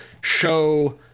show